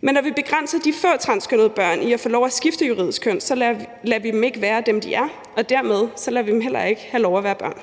Men når vi begrænser de få transkønnede børn i at få lov at skifte juridisk køn, lader vi dem ikke være dem, de er, og dermed lader vi dem heller ikke have lov at være børn.